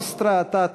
Nostre Aetate,